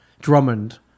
Drummond